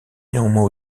néanmoins